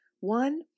One